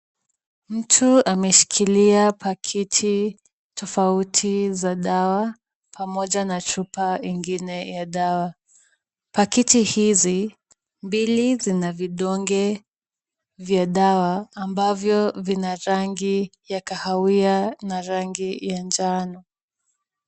Mtu ameshikilia pakiti tofauti za dawa pamoja na chupa ingine ya dawa. Pakiti hizi mbili, zina vidonge vya dawa ambavyo vina rangi ya kahawia na rangi ya njano.